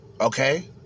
Okay